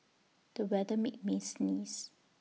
the weather made me sneeze